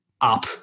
up